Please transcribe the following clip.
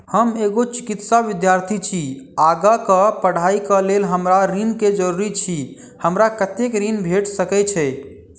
हम एगो चिकित्सा विद्यार्थी छी, आगा कऽ पढ़ाई कऽ लेल हमरा ऋण केँ जरूरी अछि, हमरा कत्तेक ऋण भेट सकय छई?